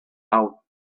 out